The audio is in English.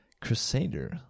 Crusader